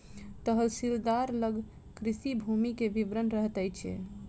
तहसीलदार लग कृषि भूमि के विवरण रहैत छै